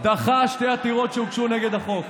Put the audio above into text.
דחה שתי עתירות שהוגשו נגד החוק.